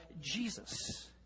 Jesus